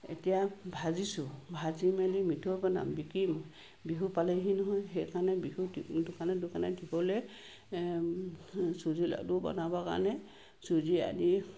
এতিয়া ভাজিছো ভাজি মেলি মিঠৈ বনাম বিকিম বিহু পালেহি নহয় সেইকাৰণে বিহুত দোকানে দোকানে দিবলৈ চুজি লাডু বনাব কাৰণে চুজি আনি